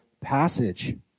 passage